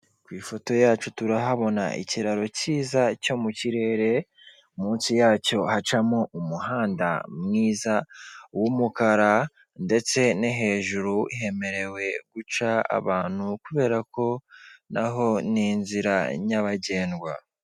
Ku ifoto yacu turahabona ikiraro cyiza cyo mu kirere, munsi yacyo hacamo umuhanda mwiza w'umukara, ndetse no hejuru hemerewe guca abantu kubera ko naho ni inzira nyabagendwa.